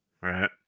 Right